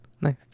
Nice